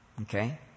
Okay